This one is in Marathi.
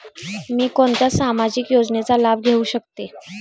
मी कोणत्या सामाजिक योजनेचा लाभ घेऊ शकते?